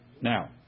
Now